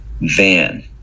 van